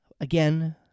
again